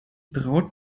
braut